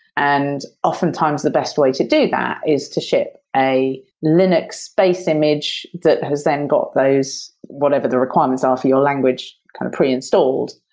and oftentimes the best way to do that is to ship a linux base image that has then got those whatever the requirements are for your language kind of pre-installed,